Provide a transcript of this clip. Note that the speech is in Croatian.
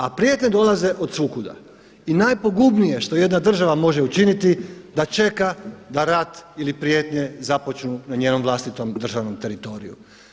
A prijetnje dolaze od svukuda i najpogubnije što jedna država može učiniti da čeka da rat ili prijetnje započnu na njenom vlastitom državnom teritoriju.